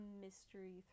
mystery